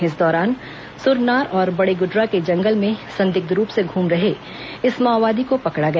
इस दौरान सुरनार और बडेगुडरा के जंगल में संदिग्ध रूप से घूम रहे इस माओवादी को पकड़ा गया